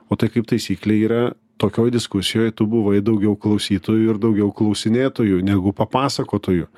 o tai kaip taisyklė yra tokioj diskusijoj tu buvai daugiau klausytoju ir daugiau klausinėtoju negu papasakotoju